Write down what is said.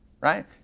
right